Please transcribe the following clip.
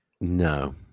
No